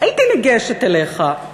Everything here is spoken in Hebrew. הייתי ניגשת אליך,